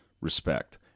respect